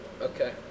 Okay